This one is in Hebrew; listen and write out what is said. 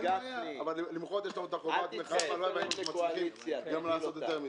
יש לנו את החובה גם לעשות יותר מזה.